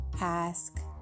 ask